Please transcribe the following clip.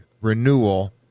renewal